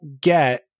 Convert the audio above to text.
get